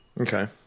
Okay